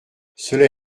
cela